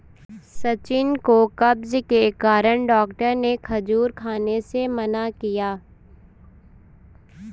सचिन को कब्ज के कारण डॉक्टर ने खजूर खाने से मना किया